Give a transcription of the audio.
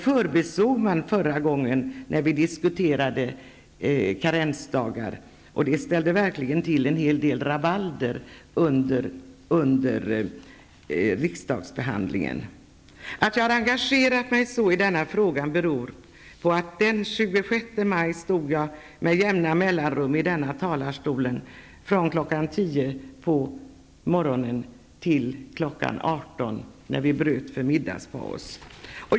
Det förbisåg man förra gången vi diskuterade karensdagar, och det ställde verkligen till en hel del rabalder under riksdagsbehandlingen. Att jag har engagerat mig så i denna fråga beror på att jag den 26 maj stod med jämna mellanrum i denna talarstol från kl. 10 på morgonen till kl. 18 när vi bröt för middagspaus.